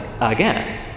again